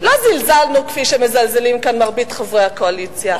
לא זלזלנו כפי שמזלזלים כאן מרבית חברי הקואליציה,